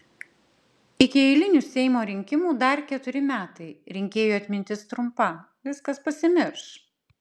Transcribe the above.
iki eilinių seimo rinkimų dar keturi metai rinkėjų atmintis trumpa viskas pasimirš